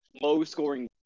low-scoring